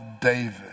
David